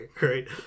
right